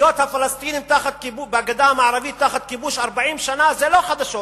היות הפלסטינים בגדה המערבית תחת כיבוש 40 שנה זה לא חדשות.